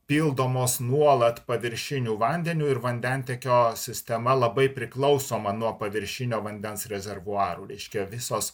pildomos nuolat paviršiniu vandeniu ir vandentiekio sistema labai priklausoma nuo paviršinio vandens rezervuarų reiškia visos